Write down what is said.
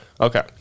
Okay